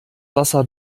wasser